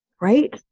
right